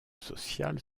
social